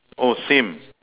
oh same